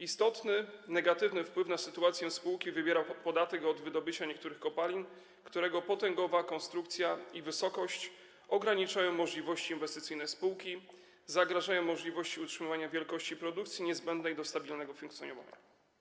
Istotny negatywny wpływ na sytuację spółki wywiera podatek od wydobycia niektórych kopalin, którego potęgowa konstrukcja i wysokość ograniczają możliwości inwestycyjne spółki, zagrażają możliwości utrzymywania wielkości produkcji niezbędnej do stabilnego funkcjonowania.